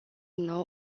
nou